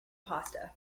pasta